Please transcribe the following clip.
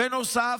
בנוסף,